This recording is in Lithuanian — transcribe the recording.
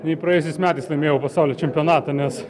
nei praėjusiais metais laimėjau pasaulio čempionatą nes